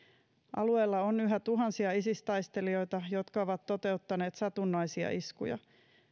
alueella on yhä tuhansia isis taistelijoita jotka ovat toteuttaneet satunnaisia iskuja